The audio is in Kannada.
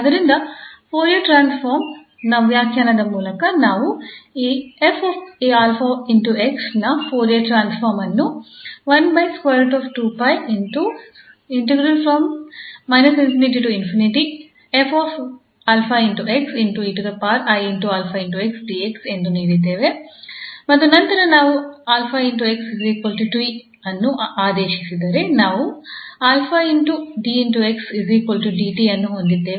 ಆದ್ದರಿಂದ ಫೋರಿಯರ್ ಟ್ರಾನ್ಸ್ಫಾರ್ಮ್ ನ ವ್ಯಾಖ್ಯಾನದ ಮೂಲಕ ನಾವು ಈ 𝑓𝑎𝑥 ನ ಫೋರಿಯರ್ ಟ್ರಾನ್ಸ್ಫಾರ್ಮ್ ಅನ್ನು ಎಂದು ನೀಡಿದ್ದೇವೆ ಮತ್ತು ನಂತರ ನಾವು 𝑎𝑥 𝑡 ಅನ್ನು ಆದೇಶಿಸಿದರೆ ನಾವು 𝑎 𝑑𝑥 𝑑𝑡 ಅನ್ನು ಹೊಂದಿದ್ದೇವೆ